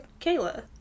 kayla